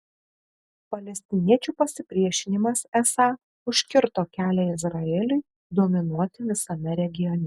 palestiniečių pasipriešinimas esą užkirto kelią izraeliui dominuoti visame regione